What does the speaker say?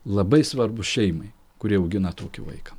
labai svarbu šeimai kuri augina tokį vaiką